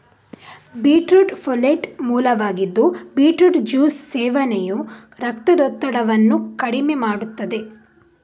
beetroot folate ಮೂಲವಾಗಿದ್ದು beetroot juice ಸೇವನೆಯು ರಕ್ತದೊತ್ತಡವನ್ನು ಕಡಿಮೆ ಮಾಡುತ್ತದೆ